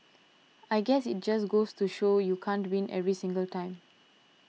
I guess it just goes to show you can't win every single time